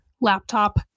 laptop